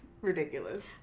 ridiculous